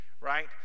right